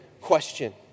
question